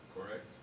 correct